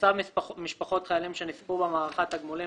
צו משפחות חיילים שנספו במערכה (תגמולים